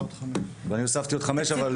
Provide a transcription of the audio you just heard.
ואני הוספתי עוד 5 מיליון ₪.